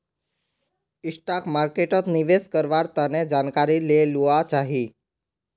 stock मार्केटोत निवेश कारवार तने जानकारी ले लुआ चाछी